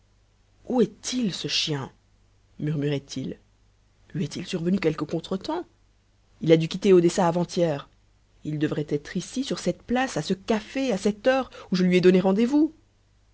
où est-il ce chien murmurait-il lui est-il survenu quelque contre-temps il a dû quitter odessa avant-hier il devrait être ici sur cette place à ce café à cette heure où je lui ai donné rendez-vous